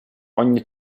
ogni